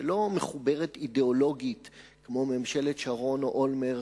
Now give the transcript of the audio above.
שלא מחוברת אידיאולוגית כמו ממשלת שרון או אולמרט